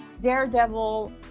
daredevil